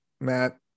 Matt